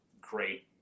great